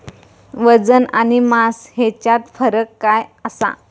वजन आणि मास हेच्यात फरक काय आसा?